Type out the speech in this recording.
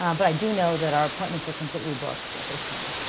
um but i do know that our appointments are completely booked at this time.